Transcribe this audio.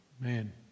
Man